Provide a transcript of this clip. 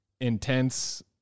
intense